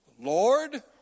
Lord